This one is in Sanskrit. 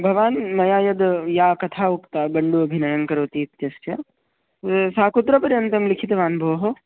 भवान् मया यद् या कथा उक्ता गण्डू अभिनयं करोति इत्यस्य सा कुत्र पर्यन्तं लिखितवान् भोः